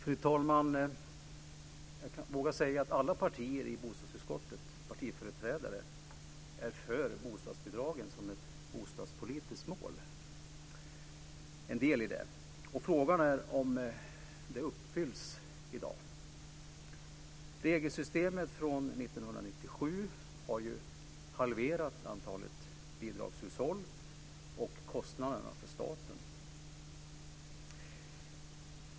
Fru talman! Jag vågar säga att alla partiföreträdare i bostadsutskottet är för bostadsbidragen som en del i ett bostadspolitiskt mål. Frågan är om det uppfylls i dag. Regelsystemet från 1997 har ju halverat antalet bidragshushåll och kostnaderna för staten.